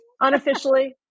unofficially